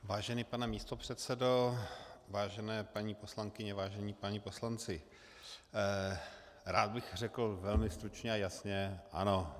Vážený pane místopředsedo, vážené paní poslankyně, vážení páni poslanci, rád bych řekl velmi stručně a jasně: Ano.